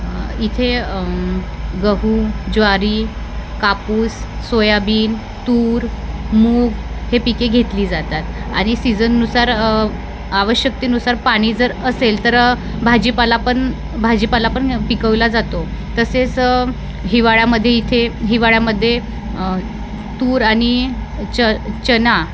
इथे गहू ज्वारी कापूस सोयाबीन तूर मूग हे पिके घेतली जातात आणि सीजननुसार आवश्यकतेनुसार पाणी जर असेल तर भाजीपाला पण भाजीपाला पण पिकवला जातो तसेच हिवाळ्यामध्ये इथे हिवाळ्यामध्ये तूर आणि च चणा